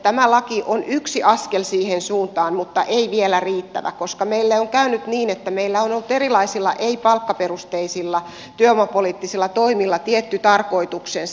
tämä laki on yksi askel siihen suuntaan mutta ei vielä riittävä koska meille on käynyt niin että meillä on ollut erilaisilla ei palkkaperusteisilla työvoimapoliittisilla toimilla tietty tarkoituksensa